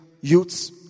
youths